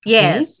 Yes